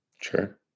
Sure